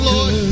Lord